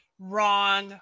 wrong